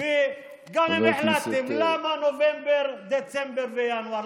גם אם החלטתם, למה נובמבר, דצמבר וינואר?